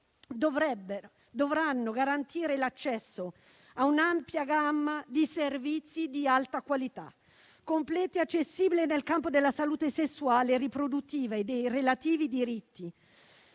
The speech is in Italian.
dovranno garantire l'accesso a un'ampia gamma di servizi di alta qualità, completi e accessibili, nel campo della salute sessuale e riproduttiva e dei relativi diritti